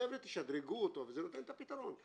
חבר'ה, תשדרגו אותו וזה נותן את הפתרון.